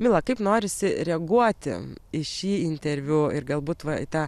mila kaip norisi reaguoti į šį interviu ir galbūt va į tą